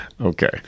Okay